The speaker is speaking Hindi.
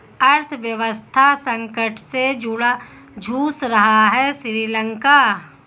अर्थव्यवस्था संकट से जूझ रहा हैं श्रीलंका